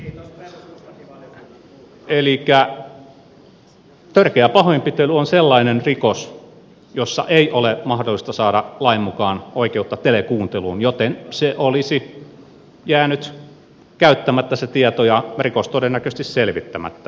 elikkä törkeä pahoinpitely on sellainen rikos jossa ei ole mahdollista saada lain mukaan oikeutta telekuunteluun joten se olisi jäänyt käyttämättä se tieto ja rikos todennäköisesti selvittämättä